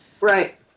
Right